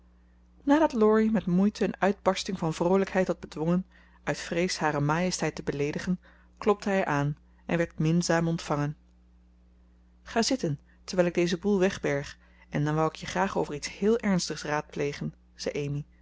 nadat laurie met moeite een uitbarsting van vroolijkheid had bedwongen uit vrees hare majesteit te beleedigen klopte hij aan en werd minzaam ontvangen ga zitten terwijl ik dezen boel wegberg en dan wou ik je graag over iets heel ernstigs raadplegen zei amy